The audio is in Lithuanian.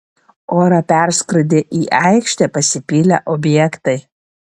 orą perskrodė į aikštę pasipylę objektai